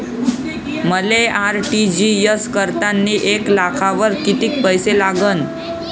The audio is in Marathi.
मले आर.टी.जी.एस करतांनी एक लाखावर कितीक पैसे लागन?